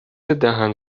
دهن